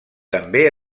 també